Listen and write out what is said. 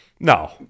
No